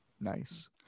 Nice